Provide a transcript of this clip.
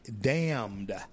damned